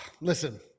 Listen